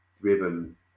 driven